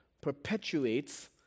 perpetuates